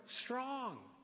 strong